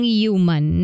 human